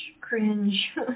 Cringe